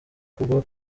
kugwa